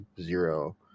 zero